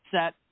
set